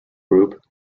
group